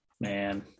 Man